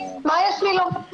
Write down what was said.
מה יש לי לומר?